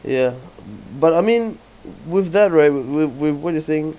ya but I mean with that right we~ we~ what you are saying